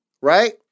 right